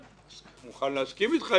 אני לא רוצה שתיכנס.